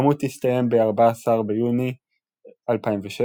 העימות הסתיים ב-14 ביוני 2007,